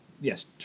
Yes